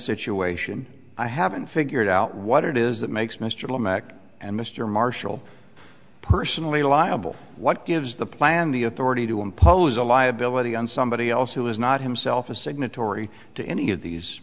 situation i haven't figured out what it is that makes mr mack and mr marshall personally liable what gives the plan the authority to impose a liability on somebody else who is not himself a signatory to any of these